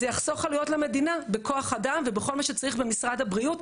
זה יחסוך עלויות למדינה בכוח אדם ובכל מה שצריך במשרד הבריאות,